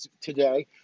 today